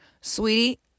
sweetie